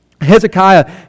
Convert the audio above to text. Hezekiah